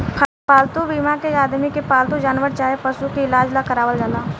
पालतू बीमा के आदमी के पालतू जानवर चाहे पशु के इलाज ला करावल जाला